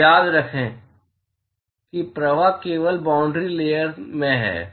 तो याद रखें कि प्रवाह केवल बाॅन्ड्री लेयर में है